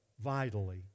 vitally